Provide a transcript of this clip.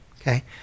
Okay